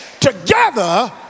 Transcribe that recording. together